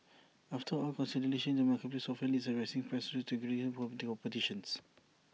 after all consolidation in the marketplace often leads to rising prices due to decreased competition